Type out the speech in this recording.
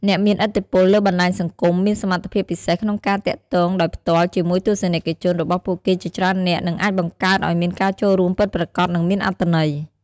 អ្នកមានឥទ្ធិពលលើបណ្ដាញសង្គម មានសមត្ថភាពពិសេសក្នុងការទាក់ទងដោយផ្ទាល់ជាមួយទស្សនិកជនរបស់ពួកគេជាច្រើននាក់ និងអាចបង្កើតឱ្យមានការចូលរួមពិតប្រាកដ និងមានអត្ថន័យ។